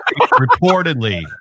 reportedly